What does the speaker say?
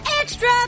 extra